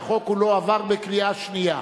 והחוק כולו עבר בקריאה שנייה.